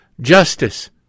justice